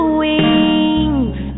wings